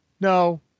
no